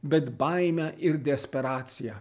bet baimę ir desperaciją